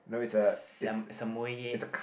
s~ Samoyed